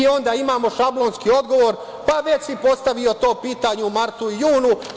Onda imamo šablonski odgovor – pa, već si postavio to pitanje u martu, junu.